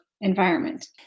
environment